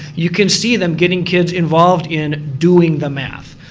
you can see them getting kids involved in doing the math.